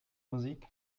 musik